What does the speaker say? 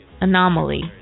anomaly